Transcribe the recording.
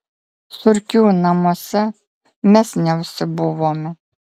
surkių namuose mes neužsibuvome